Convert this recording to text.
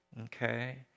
Okay